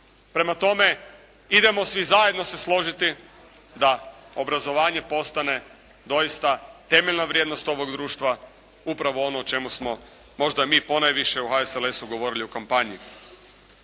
Prema tome idemo svi zajedno se složiti da obrazovanje postane doista temeljna vrijednost ovog društva. Upravo ono o čemu smo možda mi ponajviše u HSLS-u govorili u kampanji.